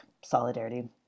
solidarity